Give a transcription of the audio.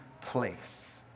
place